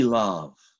love